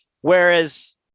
Whereas